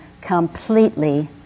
completely